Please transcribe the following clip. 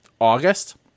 August